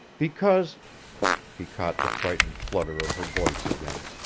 because he caught the frightened flutter of her voice again.